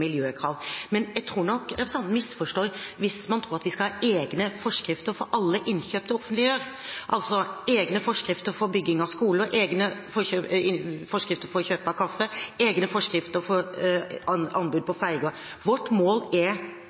miljøkrav. Men jeg tror nok representanten misforstår hvis han tror at vi skal ha egne forskrifter for alle innkjøp det offentlige gjør, altså egne forskrifter for bygging av skoler, egne forskrifter for kjøp av kaffe og egne forskrifter for anbud på ferjer. Vårt mål er